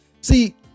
see